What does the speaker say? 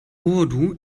urdu